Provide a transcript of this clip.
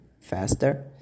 faster